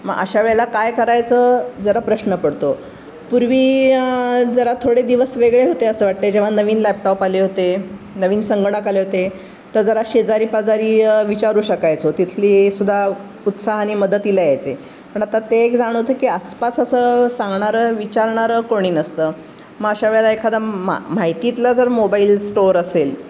मग अशा वेळेला काय करायचं जरा प्रश्न पडतो पूर्वी जरा थोडे दिवस वेगळे होते असं वाटते जेव्हा नवीन लॅपटॉप आले होते नवीन संगणक आले होते तर जरा शेजारीपाजारी विचारू शकायचो तिथली सुद्धा उत्साहाने मदतीला यायचे पण आता ते एक जाणवतं की आसपास असं सांगणारं विचारणारं कोणी नसतं मग अशा वेळेला एखादा माहितीतला जर मोबाईल स्टोअर असेल